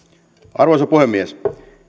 arvoisa puhemies